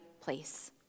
place